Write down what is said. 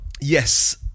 Yes